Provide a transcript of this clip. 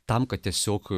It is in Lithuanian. tam kad tiesiog